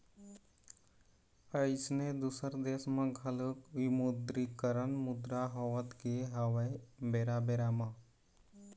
अइसने दुसर देश म घलोक विमुद्रीकरन मुद्रा होवत गे हवय बेरा बेरा म